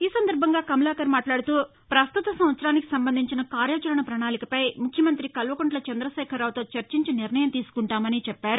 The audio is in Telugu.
ఈ సందర్భంగా కమలాకర్ మాట్లాడుతూ పస్తుత సంవత్సరానికి సంబంధించిన కార్యాచరణ పణాళికపై ముఖ్యమంత్రి కల్వకుంట్ల చంద్రశేఖరరావుతో చర్చించి నిర్ణయం తీసుకుంటామని చెప్పారు